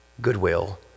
goodwill